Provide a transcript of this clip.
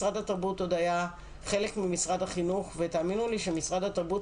משרד התרבות עוד היה חלק ממשרד החינוך ותאמינו לי שמשרד התרבות